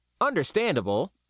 Understandable